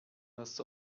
nas